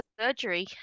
surgery